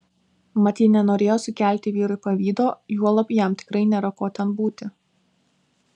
mat ji nenorėjo sukelti vyrui pavydo juolab jam tikrai nėra ko ten būti